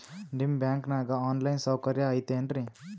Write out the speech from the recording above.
ನಿಮ್ಮ ಬ್ಯಾಂಕನಾಗ online ಸೌಕರ್ಯ ಐತೇನ್ರಿ?